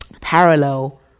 parallel